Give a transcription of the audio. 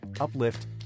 uplift